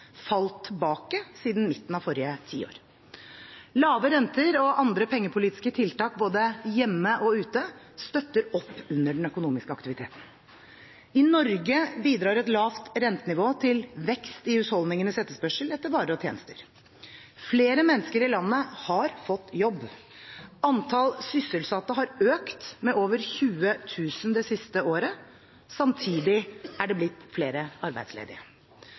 falt tilbake siden midten av forrige tiår. Lave renter og andre pengepolitiske tiltak, både hjemme og ute, støtter opp under den økonomiske aktiviteten. I Norge bidrar et lavt rentenivå til vekst i husholdningenes etterspørsel etter varer og tjenester. Flere mennesker i landet har fått jobb. Antall sysselsatte har økt med over 20 000 det siste året. Samtidig er det blitt flere arbeidsledige.